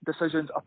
decisions